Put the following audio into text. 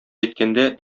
әйткәндә